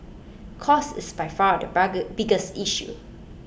cost is by far the biggest issue